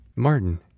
Martin